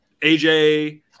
AJ